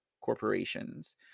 corporations